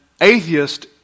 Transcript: atheist